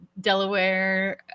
Delaware